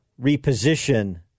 reposition